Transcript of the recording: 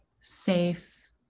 safe